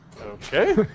Okay